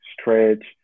stretch